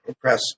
Press